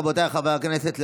רבותיי חברי הכנסת,